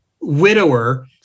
widower